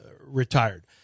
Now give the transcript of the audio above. retired